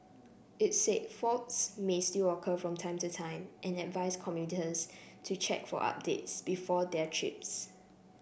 it said faults may still occur from time to time and advise commuters to check for updates before their trips